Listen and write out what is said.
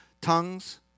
Tongues